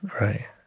Right